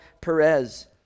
Perez